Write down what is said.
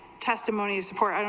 testimonies for